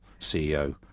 CEO